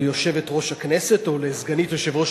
ליושבת-ראש הכנסת או לסגנית יושב-ראש